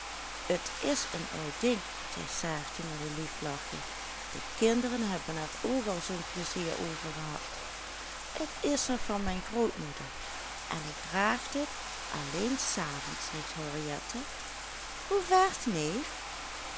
t is een oud ding zei saartje met een lief lachje de kinderen hebben er ook al zoo'n pleizier over gehad t is nog van mijn grootmoeder en ik draag het alleen s avonds nicht henriette hoe vaart neef